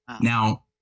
now